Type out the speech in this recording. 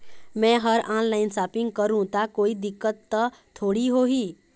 मैं हर online shopping करू ता कोई दिक्कत त थोड़ी होही?